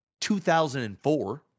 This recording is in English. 2004